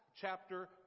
chapter